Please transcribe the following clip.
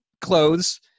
clothes